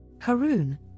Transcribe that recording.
Harun